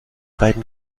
beiden